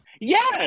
Yes